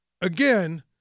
again